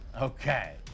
Okay